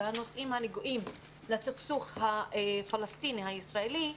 והנושאים הנוגעים לסכסוך הפלסטיני הישראלי,